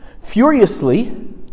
furiously